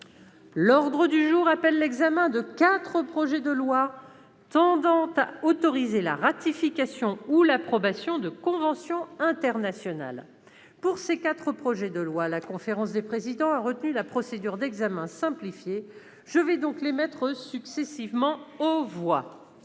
L'ordre du jour appelle l'examen de quatre projets de loi tendant à autoriser la ratification ou l'approbation de conventions internationales. Pour ces quatre projets de loi, la conférence des présidents a retenu la procédure d'examen simplifié. Je vais donc les mettre successivement aux voix.